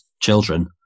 children